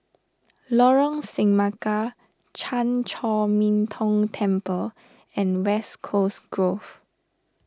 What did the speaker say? Lorong Semangka Chan Chor Min Tong Temple and West Coast Grove